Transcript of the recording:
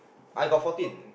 I got fourteen